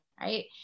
right